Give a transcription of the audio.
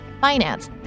finance